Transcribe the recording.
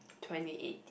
twenty eighteen